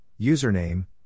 username